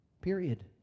period